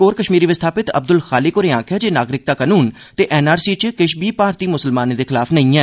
होरने कश्मीर विस्थापत अब्दल खालिक होरें आक्खेआ जे नागरिकता कनून ते एनआरसी च किश बी भारतीय मुसलमाने दे खलाफ नेई ऐ